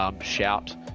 shout